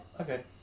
Okay